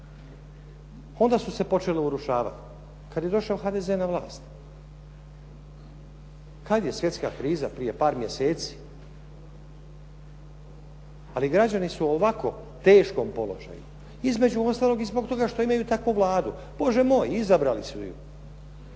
Onda su se počele urušavati kad je došao HDZ na vlast. Kad je svjetska kriza, prije par mjeseci? Ali građani su u ovako teškom položaju između ostalog i zbog toga što imaju takvu Vladu. Bože moj, izabrali su ju.